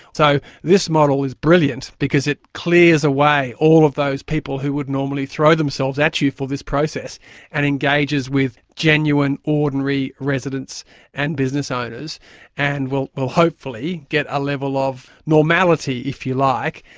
so this model was brilliant because it clears away all of those people who would normally throw themselves at you for this process and engages with genuine ordinary residents and business owners and will will hopefully get a level of normality, if you like,